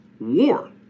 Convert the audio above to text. War